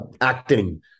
acting